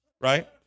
right